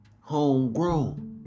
Homegrown